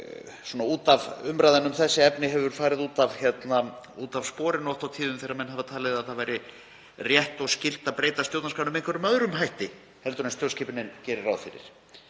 En umræðan um þessi efni hefur farið út af sporinu oft og tíðum þegar menn hafa talið að það væri rétt og skylt að breyta stjórnarskránni með einhverjum öðrum hætti en stjórnskipunin gerir ráð fyrir.